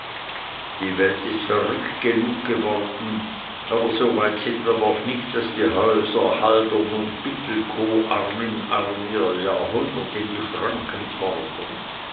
die welt ist verrückt genug geworden aber so weit sind wir noch nicht daß die häuser haldern und pittelkow arm in arm ihr jahrhundert in die schranken fordern